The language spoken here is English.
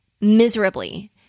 miserably